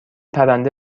پرنده